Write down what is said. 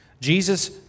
Jesus